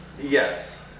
Yes